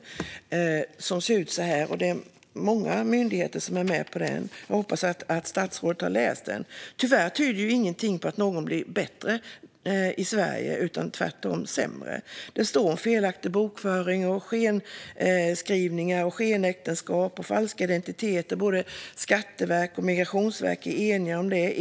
Rapporten ser ut så här - jag håller den i min hand - och det är många myndigheter som är med på den. Jag hoppas att statsrådet har läst den. Tyvärr tyder ingenting på att det blir bättre i Sverige, utan tvärtom blir det sämre. Det står i rapporten om felaktig bokföring, skenskrivningar, skenäktenskap och falska identiteter. Skatteverket och Migrationsverket är eniga om detta.